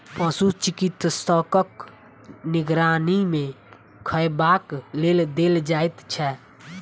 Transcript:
पशु चिकित्सकक निगरानी मे खयबाक लेल देल जाइत छै